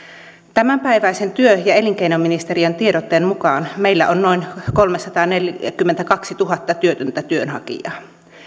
tämänpäiväisen työ ja elinkeinoministeriön tiedotteen mukaan meillä on noin kolmesataaneljäkymmentäkaksituhatta työtöntä työnhakijaa